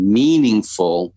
meaningful